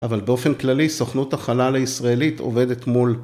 אבל באופן כללי סוכנות החלל הישראלית עובדת מול